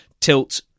Tilt